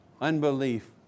unbelief